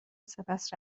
سپس